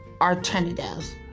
alternatives